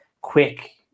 quick